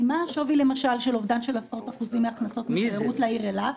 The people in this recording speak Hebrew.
מה השווי למשל של אובדן של עשרות אחוזים מהכנסות התיירות לעיר אילת,